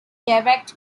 direct